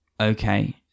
okay